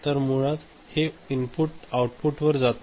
तर मुळात हे इनपुट आऊटपुटवर जात नाही